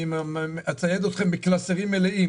אני אצייד אתכם בקלסרים מלאים